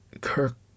Kirk